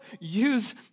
use